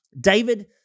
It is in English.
David